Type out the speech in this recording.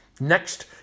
Next